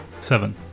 Seven